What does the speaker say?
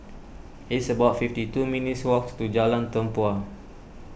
It's about fifty two minutes' walk to Jalan Tempua